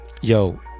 Yo